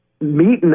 meeting